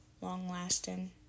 long-lasting